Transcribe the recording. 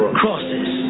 crosses